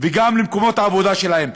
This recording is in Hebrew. וגם למקומות העבודה שלהם.